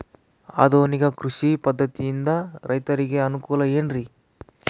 ಆಧುನಿಕ ಕೃಷಿ ಪದ್ಧತಿಯಿಂದ ರೈತರಿಗೆ ಅನುಕೂಲ ಏನ್ರಿ?